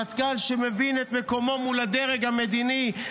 מטכ"ל שמבין את מקומו מול הדרג המדיני,